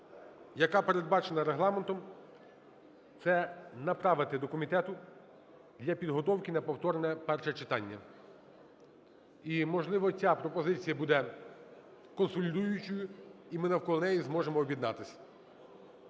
яка передбачена Регламентом, це направити до комітету для підготовки на повторне перше читання. І, можливо, ця пропозиція буде консолідуючою і ми навколо неї зможемо об'єднатись.